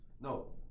no